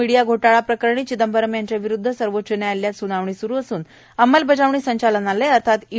media घोटाळा प्रकरणी चिदंबरम् यांच्या विरूदध सर्वोच्च न्यायालयात सुनावणी सुरू असून अंमलबजावणी संचालनालय अर्थात ई